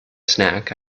snack